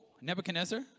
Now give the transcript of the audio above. Nebuchadnezzar